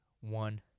One